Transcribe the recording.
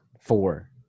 Four